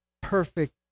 perfect